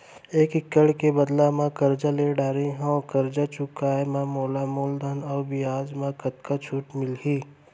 एक एक्कड़ के बदला म करजा ले डारे हव, करजा चुकाए म मोला मूलधन अऊ बियाज म कतका छूट मिलही?